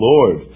Lord